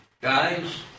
guys